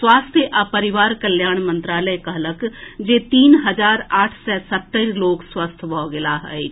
स्वास्थ्य आ परिवार कल्याण मंत्रालय कहलक अछि जे तीन हजार आठ सय सत्तरि लोक स्वस्थ भऽ गेलाह अछि